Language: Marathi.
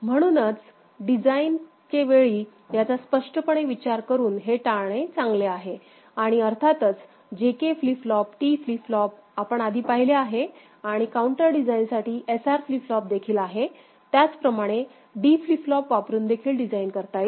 म्हणूनच डिझाइन करते वेळी याचा स्पष्टपणे विचार करून हे टाळणे चांगले आहे आणि अर्थातच JK flip flop T flip flop आपण आधी पाहिले आहे आणि काउंटर डिझाइनसाठी SR फ्लिप फ्लॉप देखील आहे त्याचप्रमाणे D फ्लिप फ्लॉप वापरून देखील डिझाईन करता येते